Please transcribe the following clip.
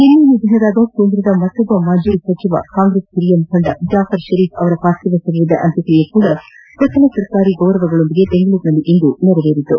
ನಿನ್ನೆ ನಿಧನರಾದ ಕೇಂದ್ರದ ಮತ್ತೊಬ್ಬ ಮಾಜಿ ಸಚಿವ ಕಾಂಗ್ರೆಸ್ ಹಿರಿಯ ಮುಖಂಡ ಜಾಫರ್ ಪರೀಫ್ ಅವರ ಪಾರ್ಥಿವ ಶರೀರದ ಅಂತ್ಯಕ್ಷಿಯೆಯೂ ಸಹ ಸಕಲ ಸರ್ಕಾರಿ ಗೌರವಗಳೊಂದಿಗೆ ಬೆಂಗಳೂರಿನಲ್ಲಿಂದು ನಡೆಯಿತು